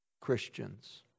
Christians